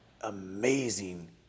amazing